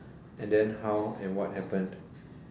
and then how and what happened